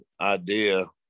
idea